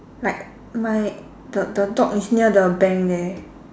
like my the the dog is near the bank there